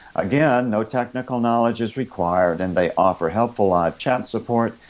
again, no technical knowledge is required, and they offer helpful live chat support,